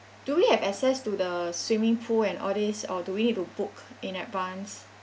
do we have access to the swimming pool and all these or do we need to book in advance